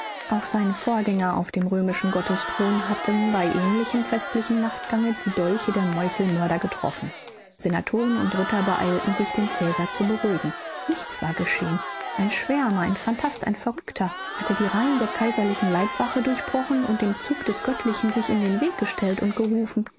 auch seinen vorgänger auf dem römischen gottesthron hatten bei ähnlichem festlichem nachtgange die dolche der meuchelmörder getroffen senatoren und ritter beeilten sich den cäsar zu beruhigen nichts war geschehen ein schwärmer ein phantast ein verrückter hatte die reihen der kaiserlichen leibwache durchbrochen und dem zug des göttlichen sich in den weg gestellt und gerufen